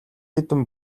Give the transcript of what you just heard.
хэдэн